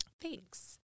thanks